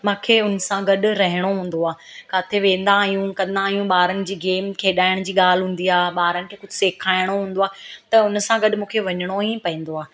मूंखे हुन सां गॾु रहणो हूंदो आहे किथे वेंदा आहियूं कंदा आहियूं ॿारनि जी गेम खेॾाइण जी ॻाल्हि हूंदी आ ॿारनि खे कुझु सेखारिणो हूंदो आहे त हुन सां गॾु मूंखे वञिणो ई पवंदो आहे